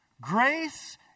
Grace